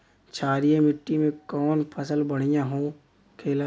क्षारीय मिट्टी में कौन फसल बढ़ियां हो खेला?